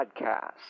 podcast